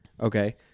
Okay